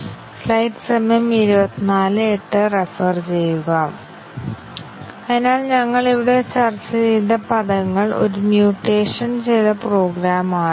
അതിനാൽ ഇത് ഒരേ ഉദാഹരണ കോഡ് മാത്രമാണ് തുടർന്ന് രണ്ട് ഡിസിഷൻ സ്റ്റേറ്റ്മെൻറ്കൾ ഉണ്ടെന്ന് ഞങ്ങൾ ഇവിടെ കാണുന്നു അതിനാൽ ഇത് സൈക്ലോമാറ്റിക് സങ്കീർണ്ണത 3 ആണ്